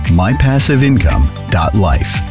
mypassiveincome.life